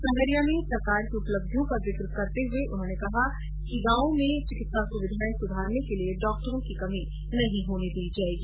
संगरिया में सरकार की उपलब्धियों का जिक किया और कहा कि गांवों में चिकित्सा सुविधाएं सुधारने के लिए डॉक्टरों की कमी नहीं होने दी जाएगी